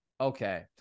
okay